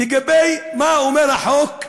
לגבי מה אומר החוק,